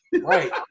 Right